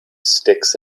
sticks